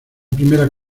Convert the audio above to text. primera